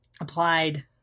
applied